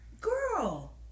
girl